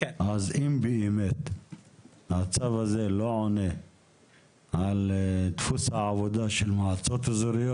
אז אם באמת הצו הזה לא עונה על דפוס העבודה של מועצות אזוריות,